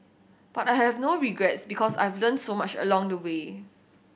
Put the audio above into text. but I have no regrets because I've learnt so much along the way